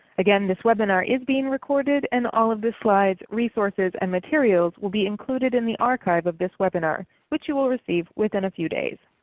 again, this webinar is being recorded and all of the slides, resources, and materials will be included in the archive of this webinar which you will receive within a few days.